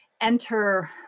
enter